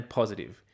positive